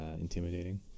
intimidating